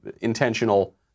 intentional